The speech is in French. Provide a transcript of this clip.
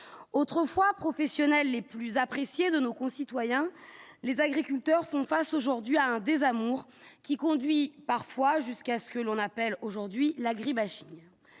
autrefois professionnelles les plus appréciées de nos concitoyens, les agriculteurs font face aujourd'hui à un désamour qui conduit parfois jusqu'à ce que l'on appelle aujourd'hui l'agribashing